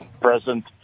present